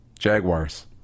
Jaguars